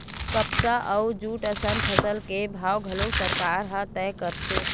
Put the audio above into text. कपसा अउ जूट असन फसल के भाव घलोक सरकार ह तय करथे